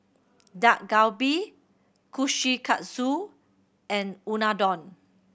Dak Galbi Kushikatsu and Unadon